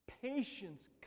patience